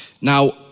Now